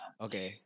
Okay